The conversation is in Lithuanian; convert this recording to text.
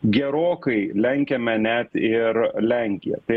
gerokai lenkiame net ir lenkiją tai